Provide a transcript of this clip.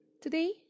today